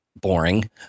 boring